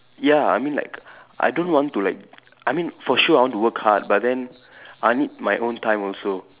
ya I mean like I don't want to like I mean for sure I want to work hard but then I need my own time also